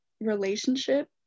relationship